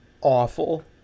awful